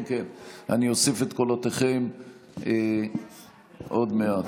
כן, כן, אני אוסיף את קולותיכם עוד מעט.